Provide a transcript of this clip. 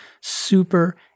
super